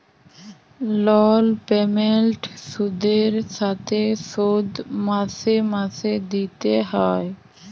লল পেমেল্ট সুদের সাথে শোধ মাসে মাসে দিতে হ্যয়